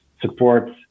support